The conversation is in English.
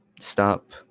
Stop